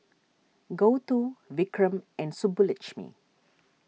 Gouthu Vikram and Subbulakshmi